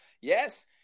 Yes